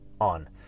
on